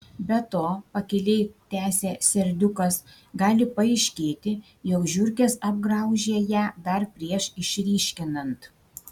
be to pakiliai tęsė serdiukas gali paaiškėti jog žiurkės apgraužė ją dar prieš išryškinant